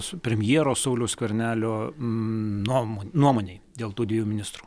su premjero sauliaus skvernelio nuomon nuomonei dėl tų dviejų ministrų